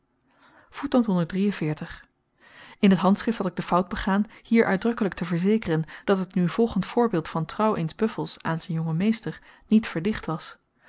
in t handschrift had ik de fout begaan hier uitdrukkelyk te verzekeren dat het nu volgend voorbeeld van trouw eens buffels aan z'n jongen meester niet verdicht was